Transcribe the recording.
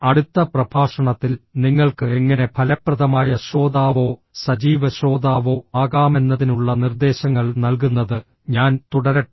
അടുത്ത പ്രഭാഷണത്തിൽ നിങ്ങൾക്ക് എങ്ങനെ ഫലപ്രദമായ ശ്രോതാവോ സജീവ ശ്രോതാവോ ആകാമെന്നതിനുള്ള നിർദ്ദേശങ്ങൾ നൽകുന്നത് ഞാൻ തുടരട്ടെ